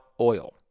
oil